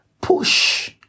push